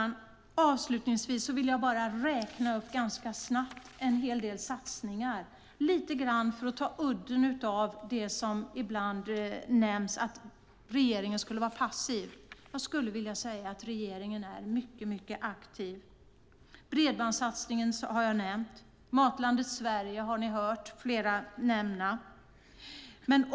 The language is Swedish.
Jag vill avslutningsvis räkna upp en del satsningar, lite grann för att ta udden av påståendet att regeringen skulle vara passiv. Jag anser att regeringen är mycket aktiv. Jag har nämnt bredbandssatsningen. Matlandet Sverige har ni hört flera nämna.